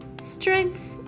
strengths